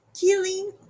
killing